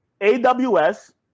AWS